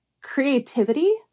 creativity